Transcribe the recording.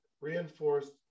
reinforced